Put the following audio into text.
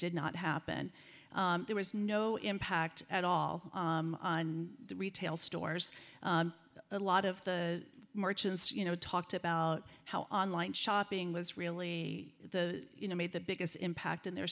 did not happen there was no impact at all on retail stores a lot of the merchants you know talked about how online shopping was really the you know made the biggest impact in their